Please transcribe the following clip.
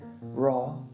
Raw